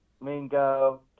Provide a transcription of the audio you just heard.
Mingo